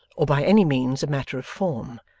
or by any means a matter of form,